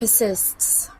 persists